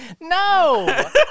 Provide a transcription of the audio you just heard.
No